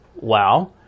wow